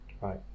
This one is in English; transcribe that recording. Right